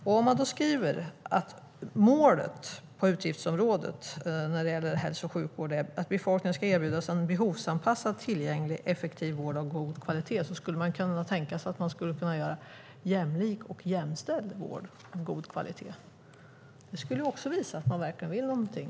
Regeringen skriver att målet på utgiftsområdet när det gäller hälso och sjukvård är att befolkningen ska erbjudas en behovsanpassad, tillgänglig och effektiv vård av god kvalitet. Man skulle kunna inkludera jämlik och jämställd vård av god kvalitet. Det skulle visa att man verkligen vill någonting.